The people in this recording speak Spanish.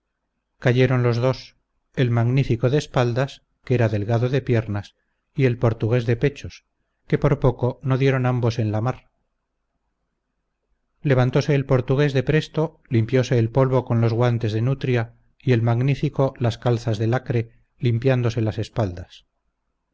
cayeron los dos el magnífico de espaldas que era delgado de piernas y el portugués de pechos que por poco no dieron ambos en la mar levantose el portugués de presto limpiose el polvo con los guantes de nutria y el magnífico las calzas de lacre limpiándose las espaldas